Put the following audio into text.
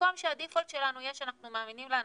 במקום שהדיפולט שלנו יהיה שאנחנו מאמינים לאנשים,